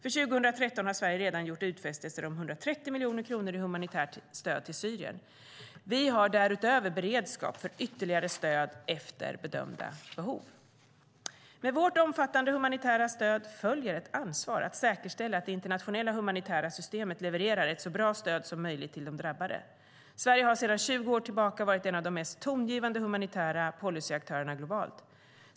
För 2013 har Sverige redan gjort utfästelser om 130 miljoner kronor i humanitärt stöd till Syrien. Vi har därutöver beredskap för ytterligare stöd efter bedömda behov. Med vårt omfattande humanitära stöd följer ett ansvar att säkerställa att det internationella humanitära systemet levererar ett så bra stöd som möjligt till de drabbade. Sverige har sedan 20 år tillbaka varit en av de mest tongivande humanitära policyaktörerna globalt.